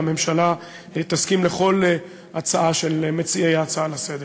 הממשלה תסכים לכל הצעה של מציעי ההצעה לסדר-היום.